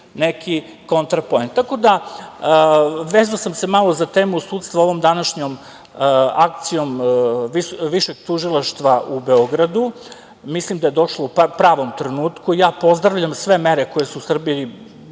neki kontrapoen. Tako da, vezao sam se malo za temu sudstva ovom današnjom akcijom Višeg tužilaštva u Beogradu. Mislim da je došla u pravom trenutku. Pozdravljam sve mere koje se u Srbiji